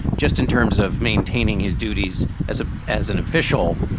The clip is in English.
just in terms of maintaining his duties as a as an official,